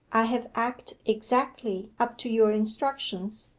i have acted exactly up to your instructions,